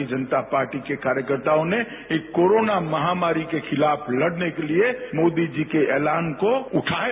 भारतीय जनता पार्टी के कार्यकर्ताओं ने कोरोनामहामारी के खिलाफ लड़ने के लिये मोदी जी के ऐलान को उठाया